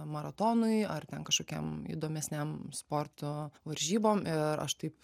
maratonui ar ten kažkokiam įdomesniam sporto varžybom ir aš taip